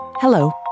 Hello